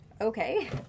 Okay